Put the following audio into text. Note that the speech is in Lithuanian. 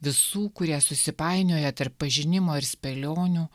visų kurie susipainioja tarp pažinimo ir spėlionių